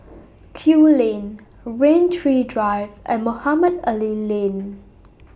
Kew Lane Rain Tree Drive and Mohamed Ali Lane